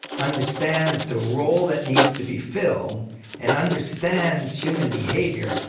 understands the role that needs to be filled and understands human behavior,